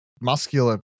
muscular